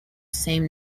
same